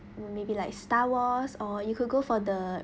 mm maybe like star wars or you could go for the